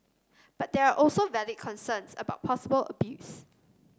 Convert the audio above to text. but there are also valid concerns about possible abuse